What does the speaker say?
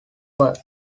were